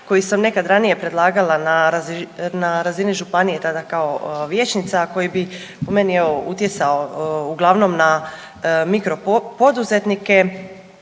koji sam nekad ranije predlagala na razini županije tada kao vijećnica, a koji bi po meni evo utjecao uglavnom na mikropoduzetnike.